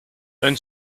then